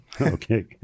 Okay